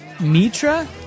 Mitra